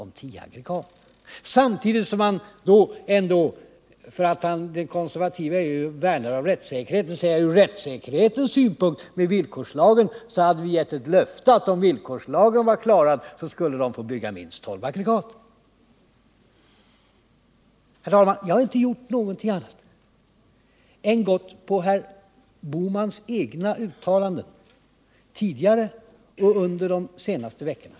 Men samtidigt tar han upp rättssäkerhetsaspekten — de konservativa är ju värnare av rättssäkerheten — och säger att man hade gett ett löfte om att det skulle få byggas minst tolv aggregat om villkorslagen var uppfylld. Herr talman! Jag har inte gjort någonting annat än att återge herr Bohmans egna uttalanden tidigare och under de senaste veckorna.